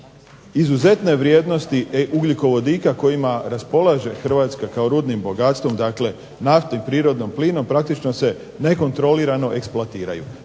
izuzetne vrijednosti ugljikovodika kojima raspolaže Hrvatska kao rudnim bogatstvom dakle naftom i prirodnim plinom praktično se nekontrolirano eksploatiraju